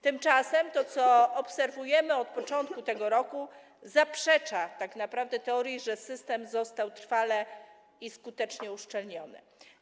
Tymczasem to, co obserwujemy od początku tego roku, zaprzecza tak naprawdę teorii, że system został trwale i skutecznie uszczelniony.